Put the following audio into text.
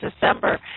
December